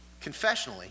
confessionally